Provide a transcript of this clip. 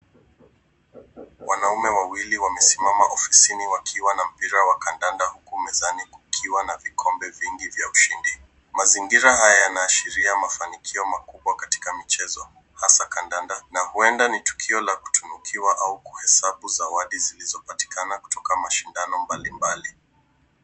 Wanaume wawili wamesimama ofisini wakiwa na mpira wa kandanda huku mezani kukiwa na vikombe vingi vya ushindi. Mazingira haya yanaashiria mafanikio makubwa katika michezo , hasa kandanda na huenda ni tukio la kutunukiwa au kuhesabu zawadi zilizopatikana kutoka mashindano mbalimbali.